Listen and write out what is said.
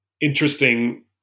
interesting